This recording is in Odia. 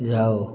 ଯାଅ